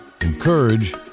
encourage